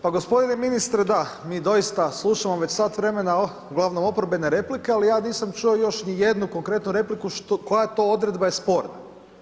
Pa g. ministre, da, mi dosita slušamo već sat vremena uglavnom oporbene replike ali ja nisam čuo još jednu konkretnu repliku koja to odredba je sporna.